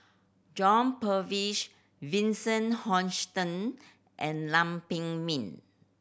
John Purvis Vincent Hoisington and Lam Pin Min